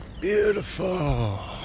Beautiful